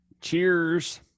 Cheers